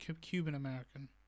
Cuban-American